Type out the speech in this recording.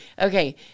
Okay